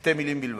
שתי מלים בלבד: